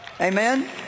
amen